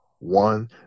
one